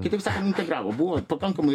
kitaip sakant integravo buvo pakankamai